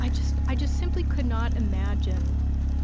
i just i just simply could not imagine